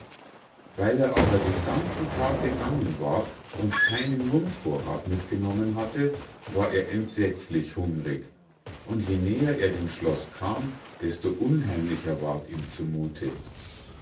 weil er aber den ganzen tag gegangen war und keinen mundvorrath mitgenommen hatte war er entsetzlich hungrig und je näher er dem schloß kam desto unheimlicher ward ihm zu